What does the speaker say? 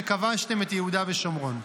שכבשתם את יהודה ושומרון.